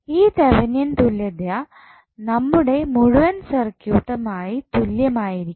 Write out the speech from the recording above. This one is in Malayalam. ഈ തെവനിയൻ തുല്യത നമ്മുടെ മുഴുവൻ സർക്യൂട്ടും ആയി തുല്യമായിരിക്കണം